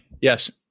Yes